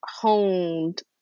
honed